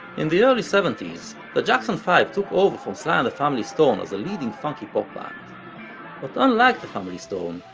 in the early seventies, the jackson five took over from sly and the family stone as the leading funky pop band. but unlike the family stone,